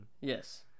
Yes